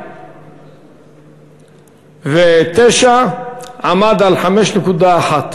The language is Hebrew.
ב-2009 עמד על 5.1,